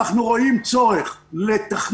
ב', אנחנו רואים צורך לתכנן